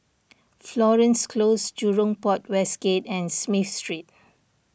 Florence Close Jurong Port West Gate and Smith Street